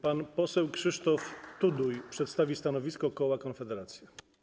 Pan poseł Krzysztof Tuduj przedstawi stanowisko koła Konfederacja.